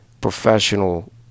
professional